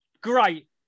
Great